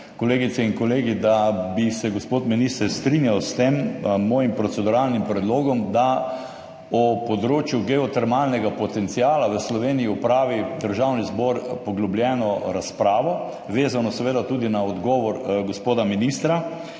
kolegice in kolegi, da bi se gospod minister strinjal s tem mojim proceduralnim predlogom, da o področju geotermalnega potenciala v Sloveniji opravi Državni zbor poglobljeno razpravo, seveda vezano tudi na odgovor gospoda ministra,